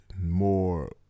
more